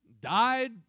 died